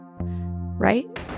right